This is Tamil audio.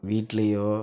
வீட்லேயோ